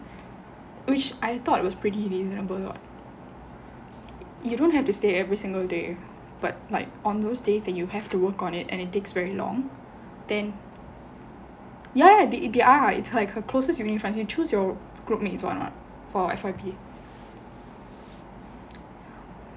which I thought was pretty reasonable you don't have to stay every single day but like on those days that you have to work on it and it takes very long then ya ya the they are it's like her closest university friends is like you choose your group mates [what] for F_Y_P